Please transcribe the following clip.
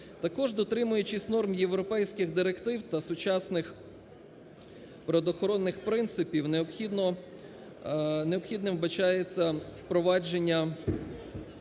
Також, дотримуючись норм європейський директив та сучасних природоохоронних принципів, необхідно… необхідним вбачається впровадження